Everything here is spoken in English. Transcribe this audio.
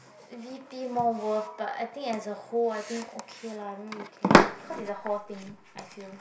V_P more worth but I think as a hall I think okay lah I don't really care cause it's the hall thing I fell